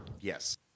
Yes